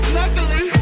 luckily